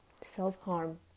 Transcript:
self-harm